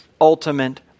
ultimate